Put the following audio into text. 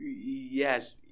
Yes